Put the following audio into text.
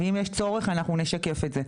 ואם יש צורך, אנחנו נשקף את זה.